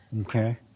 Okay